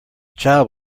child